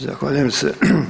Zahvaljujem se.